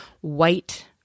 white